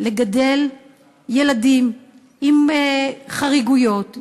לגדל ילדים עם חריגויות,